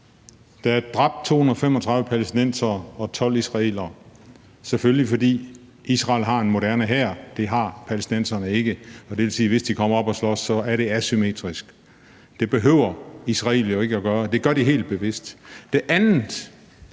Der er dræbt 235 palæstinensere og 12 israelere, selvfølgelig fordi Israel har en moderne hær, det har palæstinenserne ikke, og det vil sige, at hvis de kommer op at slås, er det asymmetrisk. Det behøver Israel jo ikke at gøre. De gør det helt bevidst.